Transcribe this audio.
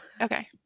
okay